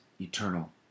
eternal